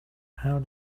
how